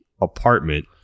apartment